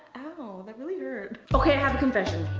that really hurt. okay, i have a confession.